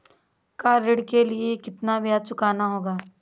Car ऋण के लिए कितना ब्याज चुकाना होगा?